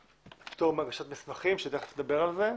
פטור מהגשת מסמכים שתכף נדבר על זה,